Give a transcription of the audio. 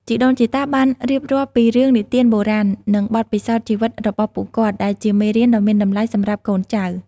ជីដូនជីតាបានរៀបរាប់ពីរឿងនិទានបុរាណ និងបទពិសោធន៍ជីវិតរបស់ពួកគាត់ ដែលជាមេរៀនដ៏មានតម្លៃសម្រាប់កូនចៅ។